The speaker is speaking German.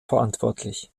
verantwortlich